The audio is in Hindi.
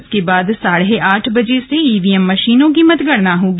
उसके बाद साढ़े आठ बजे से ईवीएम मशीनों की मतगणना होगी